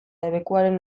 debekuaren